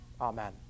Amen